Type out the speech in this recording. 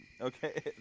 Okay